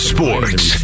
Sports